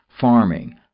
farming